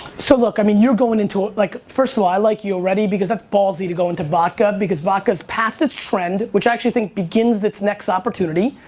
so, look, i mean you're going into, ah like first of all, i like you already because that's ballsy to go into vodka because vodka is past it's trend which i actually think begins it's next opportunity.